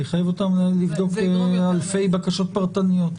זה יחייב אותם לבדוק אלפי בקשות פרטניות.